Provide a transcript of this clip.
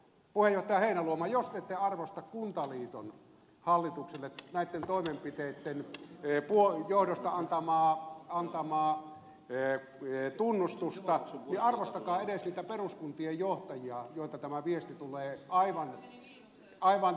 puheenjohtaja heinäluoma jos te ette arvosta kuntaliiton hallitukselle näitten toimenpiteitten johdosta antamaa tunnustusta niin arvostakaa edes niitä peruskuntien johtajia joilta tämä viesti tulee aivan selvästi poliittisille päättäjille